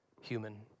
human